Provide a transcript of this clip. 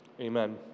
Amen